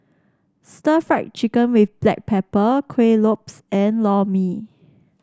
Stir Fried Chicken with Black Pepper Kuih Lopes and Lor Mee